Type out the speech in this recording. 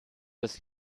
des